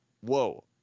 Whoa